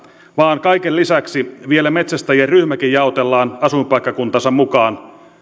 vaan kaiken lisäksi vielä metsästäjien ryhmäkin jaotellaan asuinpaikkakuntansa mukaan